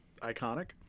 iconic